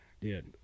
dude